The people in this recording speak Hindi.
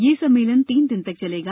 यह सम्मेलन तीन दिन तक चलेगा